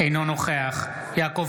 אינו נוכח יעקב